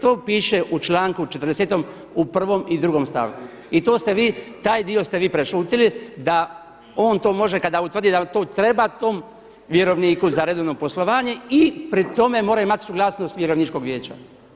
To piše u članku 40. u 1. i 2. stavku i to ste vi taj dio ste vi prešutjeli da on to može kada utvrditi da treba tom vjerovniku za redovno poslovanje i pri tome mora imati suglasnost vjerovničkog vijeća.